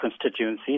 constituency